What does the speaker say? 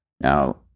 Now